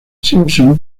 simpson